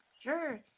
Sure